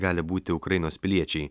gali būti ukrainos piliečiai